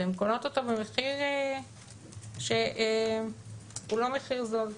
והן קונות אותו במחיר שהוא לא מחיר זול.